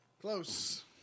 Close